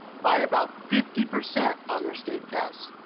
by about fifty percent on their state tests.